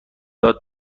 داد